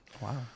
wow